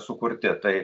sukurti tai